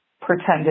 pretended